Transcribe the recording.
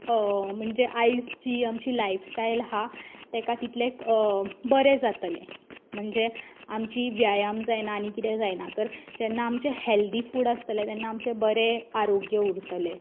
म्हणजे आयज जी आमची लायफ स्टायल आहा तेका तितलें बरें जातलें म्हणजे आमची व्यायाम जायना आनी कितें जायना तर जेन्ना आमचें हेल्थी फूड आसतलें तेन्ना आमचें बरें आरोग्य उरतलें